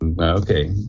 Okay